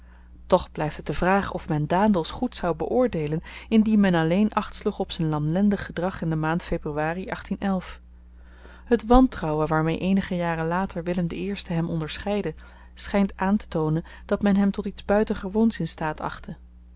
toch blyft het de vraag of men daendels goed zou beoordeelen indien men alleen achtsloeg op z'n lamlendig gedrag in de maand februari het wantrouwen waarmee eenige jaren later willem i hem onderscheidde schynt aantetoonen dat men hem tot iets buitengewoons in staat achtte